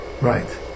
Right